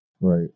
Right